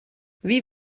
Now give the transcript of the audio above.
wie